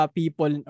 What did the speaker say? people